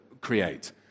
create